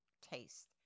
taste